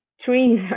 trees